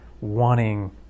wanting